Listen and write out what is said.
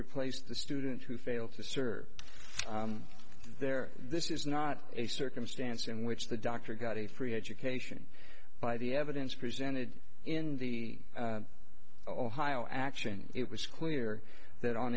replace the students who fail to serve there this is not a circumstance in which the doctor got a free education by the evidence presented in the ohio action it was clear that on